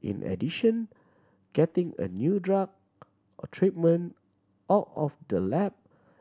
in addition getting a new drug or treatment out of the lab